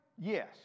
yes